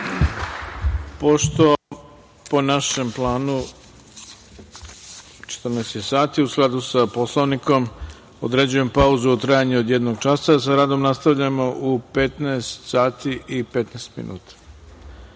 Hvala. Pošto po našem planu, 14 je sati, u skladu sa Poslovnikom, određujem pauzu u trajanju od jednog časa. Sa radom nastavljamo u 15 sati i 15 minuta. Kao